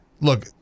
look